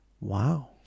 Wow